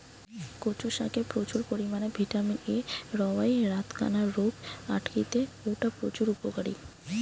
কচু শাকে প্রচুর পরিমাণে ভিটামিন এ রয়ায় রাতকানা রোগ আটকিতে অউটা প্রচুর উপকারী